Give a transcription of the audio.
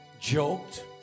joked